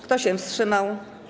Kto się wstrzymał?